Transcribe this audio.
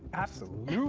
absolutely!